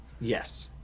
yes